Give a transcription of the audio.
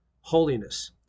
holiness